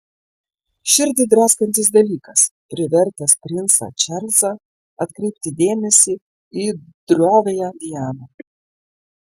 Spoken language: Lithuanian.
širdį draskantis dalykas privertęs princą čarlzą atkreipti dėmesį į droviąją dianą